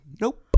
Nope